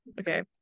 Okay